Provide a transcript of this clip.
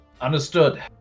Understood